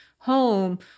home